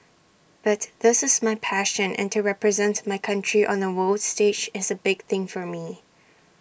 but this is my passion and to represent my country on A world stage is A big thing for me